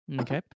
Okay